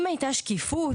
אם הייתה שקיפות,